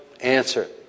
answer